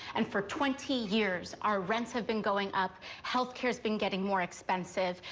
and for twenty years, our rents have been going up, healthcare has been getting more expensive,